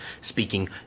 speaking